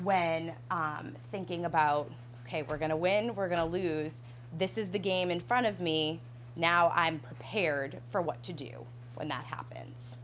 when thinking about hey we're going to win we're going to lose this is the game in front of me now i'm prepared for what to do when that happens